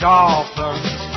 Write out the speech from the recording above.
Dolphins